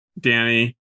Danny